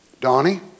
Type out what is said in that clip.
Donnie